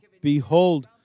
behold